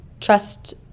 trust